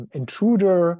intruder